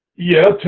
yeah,